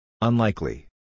Unlikely